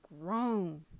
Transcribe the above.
grown